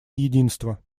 единства